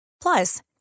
Plus